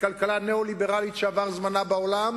מכלכלה ניאו-ליברלית שעבר זמנה בעולם